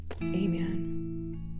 Amen